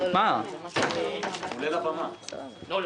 טיבי, בבקשה.